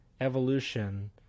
evolution